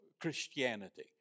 Christianity